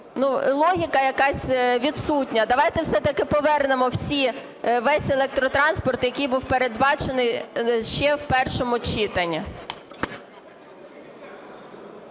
Логіка якась відсутня. Давайте все-таки повернемо весь електротранспорт, який був передбачений ще в першому читанні.